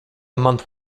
month